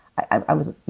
i was,